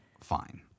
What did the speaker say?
fine